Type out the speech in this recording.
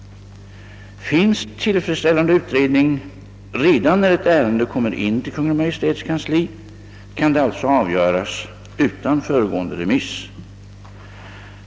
Finns tillfredsställande utredning redan när ett ärende kommer in till Kungl. Maj:ts kansli, kan det alltså avgöras utan föregående remiss.